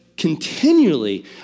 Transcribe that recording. continually